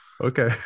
Okay